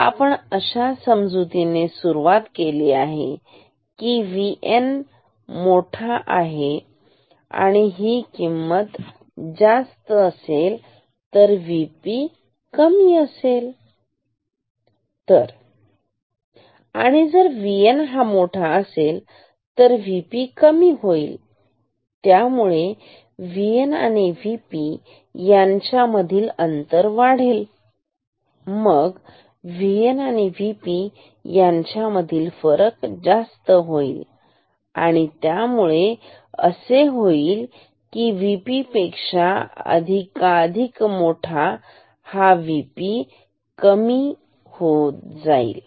तर आपण अशा समजुतीने सुरुवात केली की VN हा मोठा आहे तर ही किंमत जास्त असेल आणि VP कमी असेल तर आणि जर VN हा मोठा असेल VP कमी होईल आणि त्यामुळे VN आणि VP यांच्यातील अंतरही वाढेल मग VN आणि VP यांच्यातील फरक जास्त होईल त्यामुळे असे होईल की हा VP पेक्षा अधिकाधिक मोठा होईल कारण VP आता कमी होत आहे